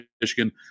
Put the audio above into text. Michigan